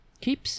Keep